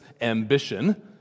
ambition